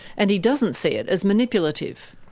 and he doesn't see it as manipulative.